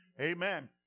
Amen